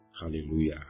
Hallelujah